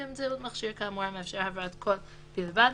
באמצעות מכשיר כאמור המאפשר העברת קול בלבד,